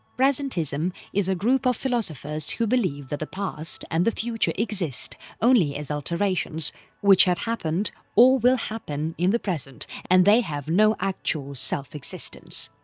presentism is a group of philosophers who believe that the past and the future exist only as alterations which have happened or will happen in the present and they have no actual self-existence.